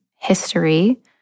history